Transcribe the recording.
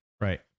Right